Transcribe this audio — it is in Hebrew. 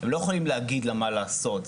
לא יכולים להגיד לה מה לעשות.